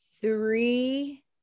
three